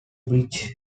bridge